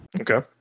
Okay